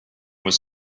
was